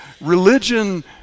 Religion